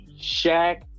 Shaq